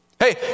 Hey